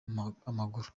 amaguru